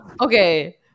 Okay